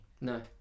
No